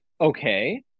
Okay